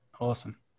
Awesome